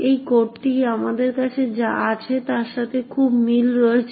এই কোডটি আমাদের কাছে যা আছে তার সাথে খুব মিল রয়েছে